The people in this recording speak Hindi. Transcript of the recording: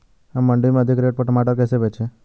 हम मंडी में अधिक रेट पर टमाटर कैसे बेचें?